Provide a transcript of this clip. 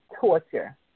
torture